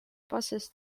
passes